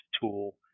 tool